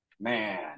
man